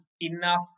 enough